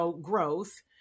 growth